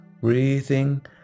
Breathing